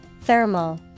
Thermal